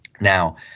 now